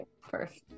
first